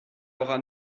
hora